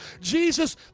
Jesus